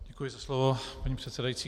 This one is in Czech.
Děkuji za slovo, paní předsedající.